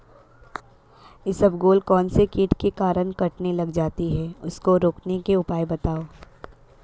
इसबगोल कौनसे कीट के कारण कटने लग जाती है उसको रोकने के उपाय बताओ?